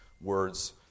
words